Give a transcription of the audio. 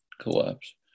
collapse